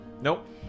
nope